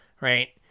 Right